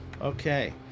Okay